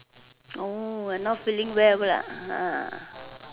oh not feeling well lah ha